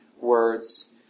words